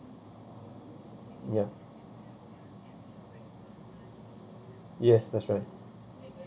ya yes that's right